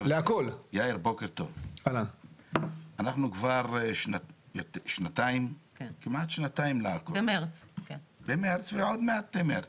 אנחנו כבר שנתיים לקורונה ועל אף